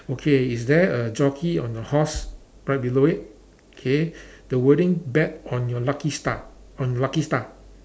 okay is there a jockey on a horse right below it K the wording bet on your lucky star on lucky star